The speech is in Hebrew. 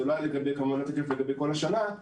זה לא תקף לגבי כל השנה.